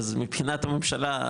אז מבחינת הממשלה,